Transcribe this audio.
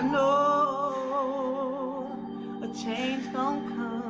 know um a change gon'